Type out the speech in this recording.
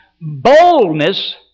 boldness